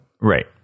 Right